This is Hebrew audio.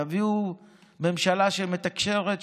תביאו ממשלה שמתקשרת,